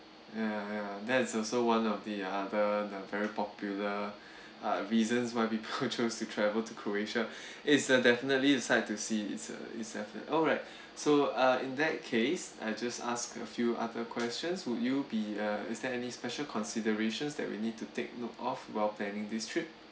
yeah ya that is also one of the other the very popular uh reasons why people choose to travel to croatia it's a definitely site to see it's a it's definite~ alright so uh in that case I just ask a few other questions would you be uh is there any special considerations that we need to take note of while planning this trip